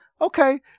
Okay